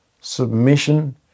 submission